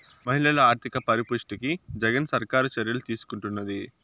మహిళల ఆర్థిక పరిపుష్టికి జగన్ సర్కారు చర్యలు తీసుకుంటున్నది